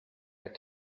had